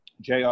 JR